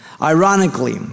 Ironically